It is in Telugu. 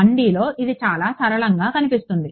1Dలో ఇది చాలా సరళంగా కనిపిస్తుంది